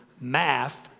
math